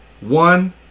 one